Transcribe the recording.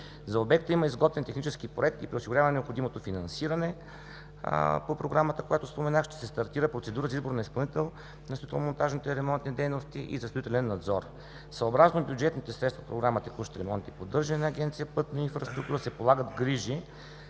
За обекта има изготвен технически проект и при осигуряване на необходимото финансиране по Програмата, която споменах, ще се стартира процедура за избор на изпълнител на строително монтажните дейности и на строителен надзор. Съобразно бюджетните средства по Програма „Текущ ремонт и поддържане“ на Агенция „Пътна инфраструктура“ се полагат грижи